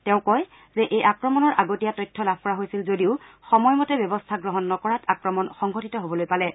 তেওঁ কয় যে এই আক্ৰমণৰ আগতীয়া তথ্য লাভ কৰা হৈছিল যদিও সময়মতে ব্যৱস্থা গ্ৰহণ নকৰাত আক্ৰমণ সংঘটিত হ'বলৈ পালে